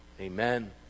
Amen